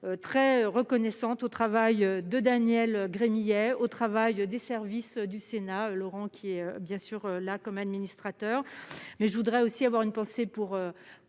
très reconnaissante au travail de Daniel Gremillet au travail des services du Sénat Laurent qui est bien sûr la comme administrateur mais je voudrais aussi avoir une pensée pour